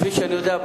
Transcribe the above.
כפי שאני יודע,